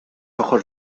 ojos